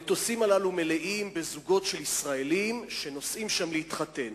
המטוסים הללו מלאים בזוגות של ישראלים שנוסעים לשם להתחתן.